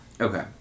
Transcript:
Okay